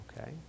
Okay